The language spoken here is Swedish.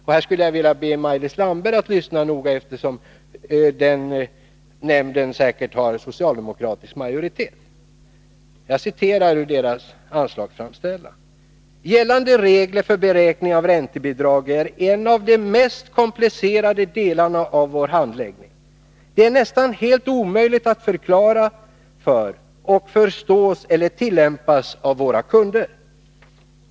Jag skulle vilja be Maj-Lis Landberg att lyssna noga, eftersom nämnden säkert har socialdemokratisk majoritet: ”Gällande regler för beräkning av räntebidrag är en av de mest komplicerade delarna av vår handläggning. Det är nästan helt omöjligt att förklara för och förstås eller tillämpas av våra kunder.